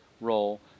role